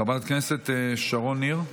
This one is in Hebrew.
חברת הכנסת שרון ניר,